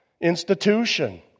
institution